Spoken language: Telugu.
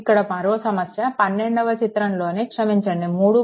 ఇక్కడ మరో సమస్య 12వ చిత్రంలోని క్షమించండి 3